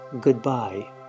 goodbye